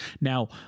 Now